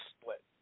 split